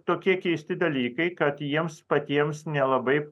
tokie keisti dalykai kad jiems patiems nelabai